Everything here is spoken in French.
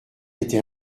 était